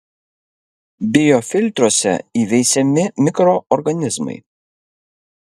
biofiltruose įveisiami mikroorganizmai